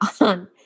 on